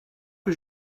que